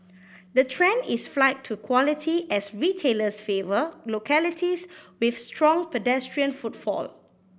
the trend is flight to quality as retailers favour localities with strong pedestrian footfall